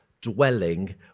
dwelling